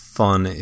fun